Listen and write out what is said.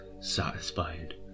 satisfied